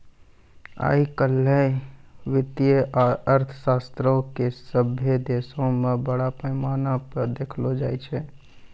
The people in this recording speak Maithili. आइ काल्हि वित्तीय अर्थशास्त्रो के सभ्भे देशो मे बड़ा पैमाना पे देखलो जाय छै